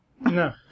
No